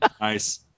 Nice